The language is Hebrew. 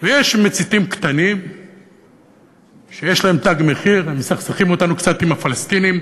יש מציתים קטנים שיש להם "תג מחיר" והם מסכסכים אותנו קצת עם הפלסטינים,